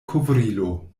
kovrilo